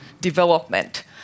development